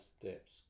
steps